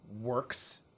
works